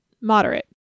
Moderate